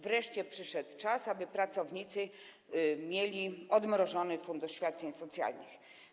Wreszcie przyszedł czas, aby pracownicy mieli odmrożony fundusz świadczeń socjalnych.